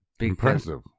impressive